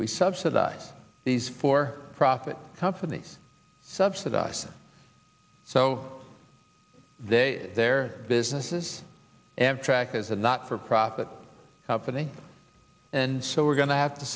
we subsidize these for profit companies subsidize so they their business is amtrak is a not for profit company and so we're going to have to